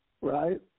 right